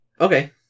Okay